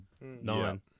nine